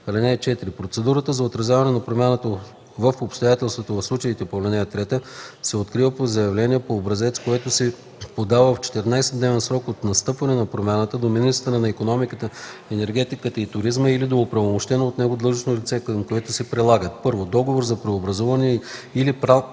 (4) Процедурата за отразяване на промяната в обстоятелствата в случаите по ал. 3 се открива по заявление по образец, което се подава в 14-дневен срок от настъпване на промяната до министъра на икономиката, енергетиката и туризма или до оправомощено от него длъжностно лице, към което се прилагат: 1. договор за преобразуване или план